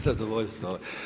Zadovoljstvo.